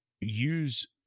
use